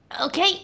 Okay